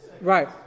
Right